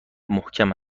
محکم